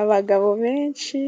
Abagabo benshi